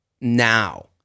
now